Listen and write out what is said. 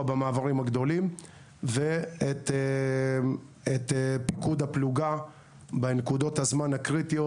במעברים הגדולים ואת פיקוד הפלוגה בנקודות הזמן הקריטיות,